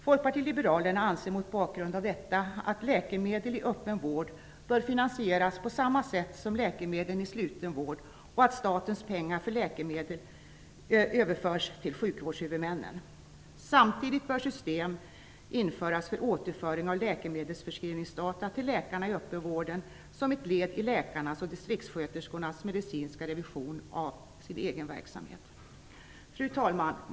Folkpartiet liberalerna anser mot bakgrund av detta att läkemedel i öppen vård bör finansieras på samma sätt som läkemedel i sluten vård och att statens pengar för läkemedel överförs till sjukvårdshuvudmännen. Samtidigt bör system införas för återföring av läkemedelsförskrivningsdata till läkarna i öppenvården som ett led i läkarnas och distriktssköterskornas medicinska revision av sin egen verksamhet. Fru talman!